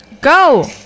Go